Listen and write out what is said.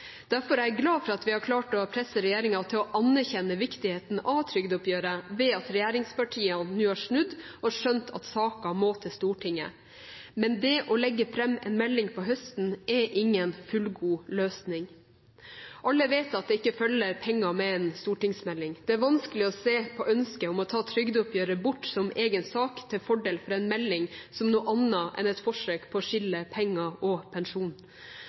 Derfor er jeg glad for at vi har klart å presse regjeringen til å anerkjenne viktigheten av trygdeoppgjøret ved at regjeringspartiene nå har snudd og skjønt at saken må til Stortinget. Men det å legge fram en melding om høsten er ingen fullgod løsning. Alle vet at det ikke følger penger med en stortingsmelding. Det er vanskelig å se på ønsket om å ta trygdeoppgjøret bort som egen sak til fordel for en melding, som noe annet enn et forsøk på å skille penger og pensjon.